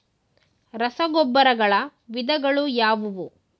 ರಸಗೊಬ್ಬರಗಳ ವಿಧಗಳು ಯಾವುವು?